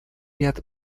ряд